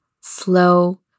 slow